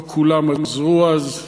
לא כולם עזרו אז,